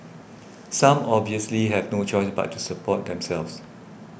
some obviously have no choice but to support themselves